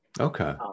Okay